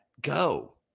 go